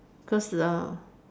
because uh